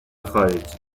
خارجی